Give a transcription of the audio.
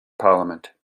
parliament